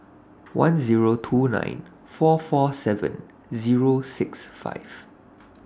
one Zero two nine four four seven Zero six five